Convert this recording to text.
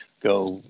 go